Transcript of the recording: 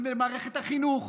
במערכת החינוך,